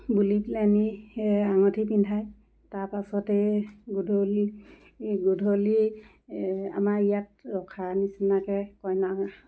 বুলি পেলানি সেই আঙুঠি পিন্ধায় তাৰ পাছতে গধূলি গধূলি আমাৰ ইয়াত ৰখাৰ নিচিনাকৈ কইনা